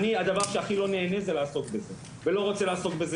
אני הדבר שהכי לא נהנה זה לעסוק בזה ולא רוצה לעסוק בזה